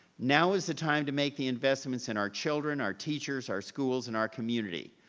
now is the time to make the investments in our children, our teachers, our schools, and our community.